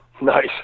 Nice